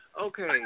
Okay